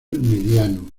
mediano